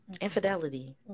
infidelity